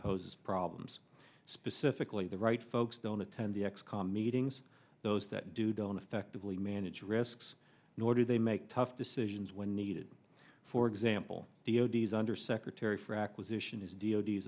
poses problems specifically the right folks don't attend the x com meetings those that do don't effectively manage risks nor do they make tough decisions when needed for example the o d s under secretary for acquisition is d